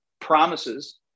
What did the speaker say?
promises